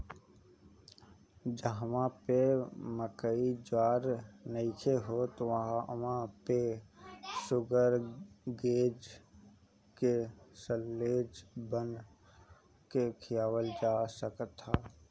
जहवा पे मकई ज्वार नइखे होत वहां पे शुगरग्रेज के साल्लेज बना के खियावल जा सकत ह